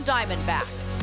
Diamondbacks